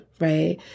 right